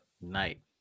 night